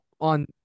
on